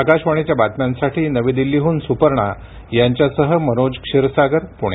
आकाशवाणीच्या बातम्यांसाठी नवी दिल्लीहून सुपर्णा यांच्यासह मनोज क्षीरसागर पुणे